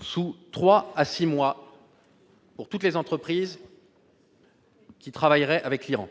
sanctions économiques contre toutes les entreprises qui travailleraient avec l'Iran.